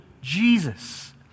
Jesus